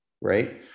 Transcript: right